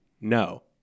no